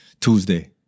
Tuesday